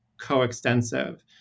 coextensive